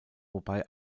wobei